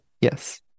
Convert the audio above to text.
yes